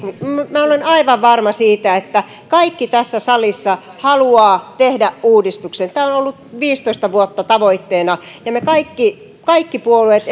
minä olen aivan varma siitä että kaikki tässä salissa haluavat tehdä uudistuksen tämä on ollut viisitoista vuotta tavoitteena ja me kaikki kaikki puolueet